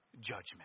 Judgment